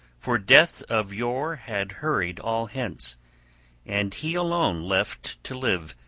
for death of yore had hurried all hence and he alone left to live,